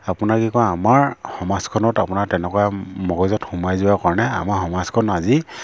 আপোনাৰ কি কয় আমাৰ সমাজখনত আপোনাৰ তেনেকুৱা মগজুত সোমাই যোৱাৰ কাৰণে আমাৰ সমাজখন আজি